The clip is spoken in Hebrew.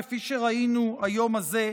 כפי שראינו היום הזה,